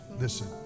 listen